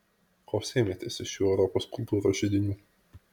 ko sėmėtės iš šių europos kultūros židinių